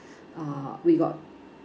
uh we got